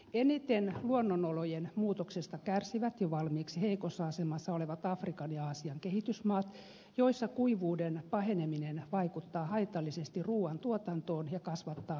eniten luonnonolojen muutoksesta kärsivät jo valmiiksi heikossa asemassa olevat afrikan ja aasian kehitysmaat joissa kuivuuden paheneminen vaikuttaa haitallisesti ruuantuotantoon ja kasvattaa nälänhätää